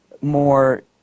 more